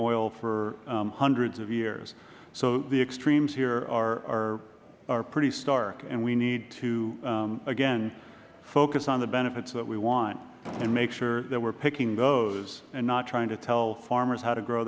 oil for hundreds of years so the extremes here are pretty stark and we need to again focus on the benefits that we want and make sure that we are picking those and not trying to tell farmers how to grow